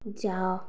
ଯାଅ